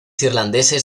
irlandeses